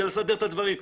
זה לדבר את הדברים.